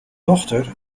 dochter